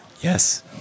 Yes